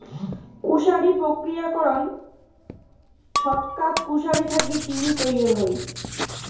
কুশারি প্রক্রিয়াকরণ ছচকাত কুশারি থাকি চিনি তৈয়ার হই